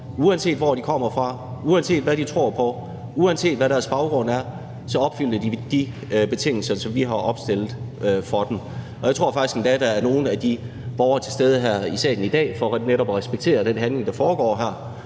Uanset hvor de kommer fra, uanset hvad de tror på, uanset hvad deres baggrund er, opfylder de de betingelser, som vi har opstillet for dem. Jeg tror faktisk endda, at der er nogle af de borgere til stede her i salen i dag for netop at respektere den handling, der foregår her,